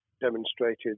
demonstrated